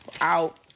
out